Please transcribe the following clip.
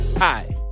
Hi